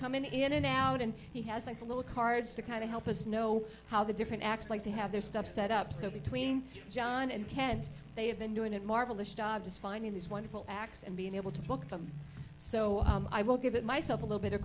come in and out and he has like the little cards to kind of help us know how the different acts like to have their stuff set up so between john and can't they have been doing a marvelous job just finding these wonderful acts in being able to book them so i will give it myself a little bit of